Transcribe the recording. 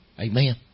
Amen